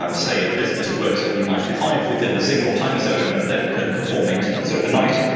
um say, a business works only nine to five within a single time zone and then can perform maintenance overnight.